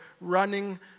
running